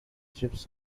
chips